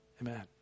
amen